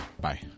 Bye